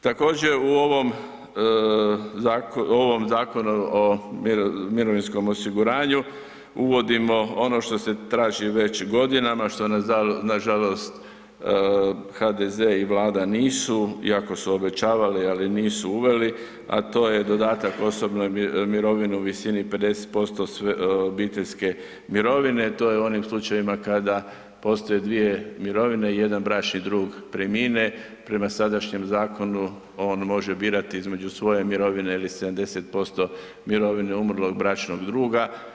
Također u ovom Zakonu o mirovinskom osiguranju uvodimo ono što se traži već godinama, što nažalost HDZ i Vlada nisu, iako su obećavali, ali nisu uveli, a to je dodatak osobnoj mirovini u visi 50% obiteljske mirovine, a to je u onim slučajevima kada postoje dvije mirovine i jedan bračni drug premine prema sadašnjem zakonu on može birati između svoje mirovine ili 70% mirovine umrlog bračnog druga.